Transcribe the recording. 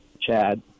Chad